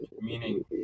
meaning